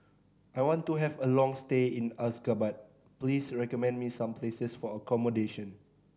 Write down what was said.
I want to have a long stay in Ashgabat Please recommend me some places for accommodation